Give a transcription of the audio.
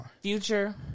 Future